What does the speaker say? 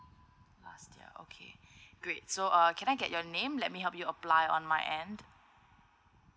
last year okay great so uh can I get your name let me help you apply on my end